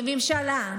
בממשלה,